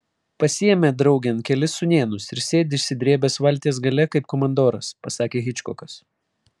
pasiėmė draugėn kelis sūnėnus ir sėdi išsidrėbęs valties gale kaip komandoras pasakė hičkokas